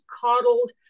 coddled